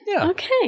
okay